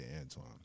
Antoine